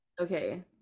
Okay